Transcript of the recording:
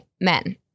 men